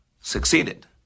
succeeded